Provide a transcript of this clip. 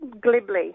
glibly